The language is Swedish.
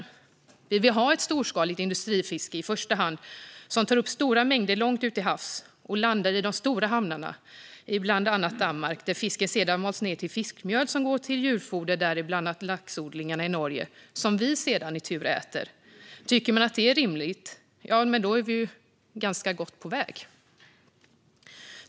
Vill vi i första hand ha ett storskaligt industrifiske som tar upp stora mängder långt ute till havs och landar den i de stora hamnarna ibland annat Danmark, där fisken sedan mals ned till fiskmjöl som går till djurfoder till bland annat laxodlingarna i Norge och därmed äts av lax som vi sedan i vår tur äter? Tycker vi att det är rimligt är vi på ganska god väg.